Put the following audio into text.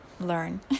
learn